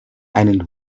einen